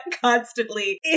constantly